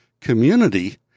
community